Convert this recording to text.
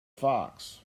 fox